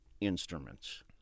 instruments